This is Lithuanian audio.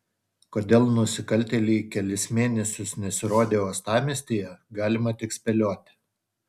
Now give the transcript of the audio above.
kodėl nusikaltėliai kelis mėnesius nesirodė uostamiestyje galima tik spėlioti